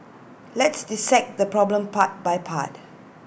let's dissect the problem part by part